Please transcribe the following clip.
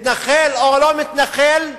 מתנחל או לא מתנחל,